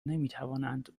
نمیتوانند